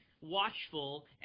watchful